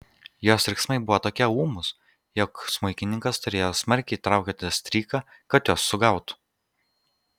jos riksmai buvo tokie ūmūs jog smuikininkas turėjo smarkiai traukioti stryką kad juos sugautų